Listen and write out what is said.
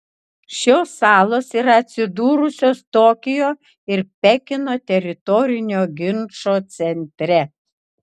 šios salos yra atsidūrusios tokijo ir pekino teritorinio ginčo centre